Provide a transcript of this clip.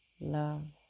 love